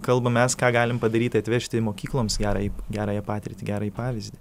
kalbam mes ką galim padaryt tai atvežti mokykloms gerą gerąją patirtį gerąjį pavyzdį